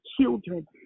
children